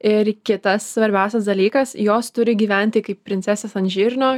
ir kitas svarbiausias dalykas jos turi gyventi kaip princesės ant žirnio